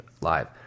live